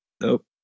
Nope